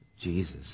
Jesus